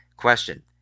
Question